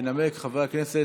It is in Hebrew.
חבר הכנסת